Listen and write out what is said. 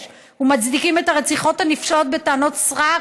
ומצדיקים את הרציחות הנפשעות בטענות סרק,